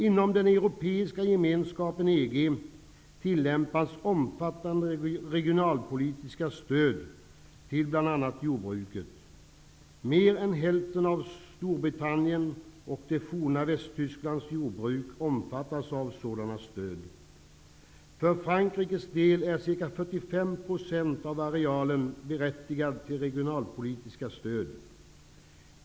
Inom den europeiska gemenskapen EG tillämpas omfattande regionalpolitiska stöd till bl.a. Över hälften av Storbritanniens och det forna Västtysklands jordbruk omfattas av sådana stöd. För Frankrikes del är ca 45 % av arealen berättigad till regionalpolitiskt stöd.